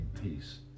peace